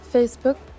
Facebook